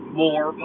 more